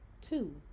two